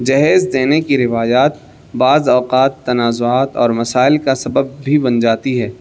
جہیز دینے کی روایات بعض اوقات تنازعات اور مسائل کا سبب بھی بن جاتی ہے